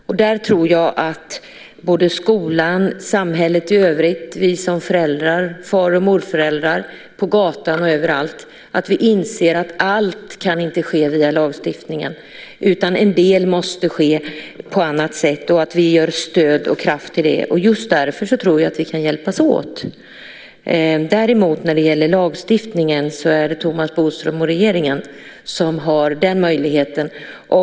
Jag tror att skolan, samhället i övrigt, vi som föräldrar, far och morföräldrar på gatan och överallt måste inse att allt inte kan ske via lagstiftningen. En del måste ske på annat sätt, och vi måste ge stöd och kraft till det. Just därför tror jag att vi kan hjälpas åt. Det är Thomas Bodström och regeringen som har möjlighet att lagstifta.